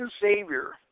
savior